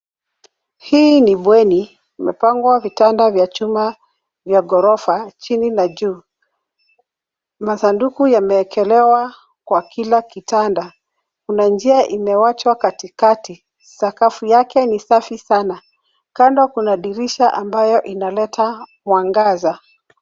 Hii ni bweni imepangwa vitanda vya chuma vya ghorofa chini na juu. Masanduku yamewekelewa kwa kila kitanda. Kuna njia imewachwa katikati, sakafu yake ni safi sana. Kando kuna dirisha ambayo inaleta mwangaza.